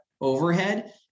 overhead